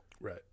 Right